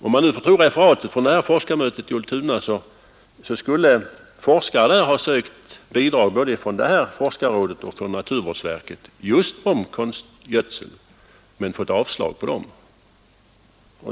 Om man får tro referatet från forskarmötet på Ultuna, skulle forskare vid denna lantbrukshögskola ha sökt bidrag både från nyssnämnda forskarråd och från naturvårdsverket för forskning om konstgödsel men fått avslag på dessa framställningar.